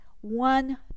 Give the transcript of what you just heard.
One